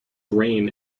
reign